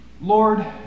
Lord